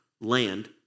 land